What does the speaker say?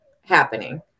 happening